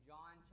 John